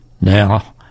Now